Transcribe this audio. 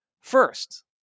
First